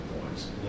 points